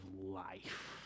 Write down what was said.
life